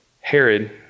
Herod